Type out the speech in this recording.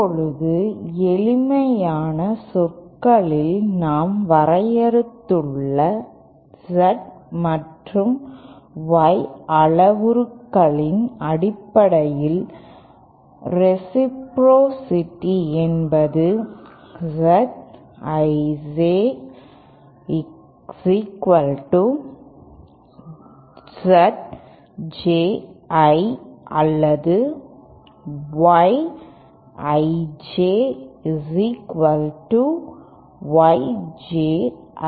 இப்போது எளிமையான சொற்களில் நாம் வரையறுத்துள்ள Z மற்றும் Y அளவுருக்களின் அடிப்படையில் ரேசிப்ரோசிட்டி என்பது Z I J Z J I அல்லது Y I J Y J I